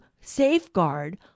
safeguard